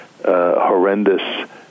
horrendous